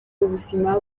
ubuzima